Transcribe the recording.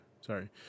Sorry